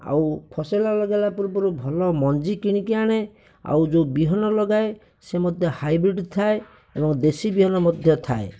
ଆଉ ଫସଲ ଲଗେଇଲା ପୂର୍ବରୁ ଭଲ ମଞ୍ଜି କିଣିକି ଆଣେ ଆଉ ଯେଉଁ ବିହନ ଲଗାଏ ସେ ମଧ୍ୟ ହାଇବ୍ରିଡ଼ ଥାଏ ଏବଂ ଦେଶୀ ବିହନ ମଧ୍ୟ ଥାଏ